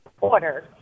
order